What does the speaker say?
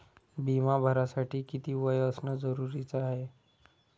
बिमा भरासाठी किती वय असनं जरुरीच हाय?